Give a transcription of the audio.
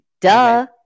Duh